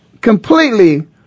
completely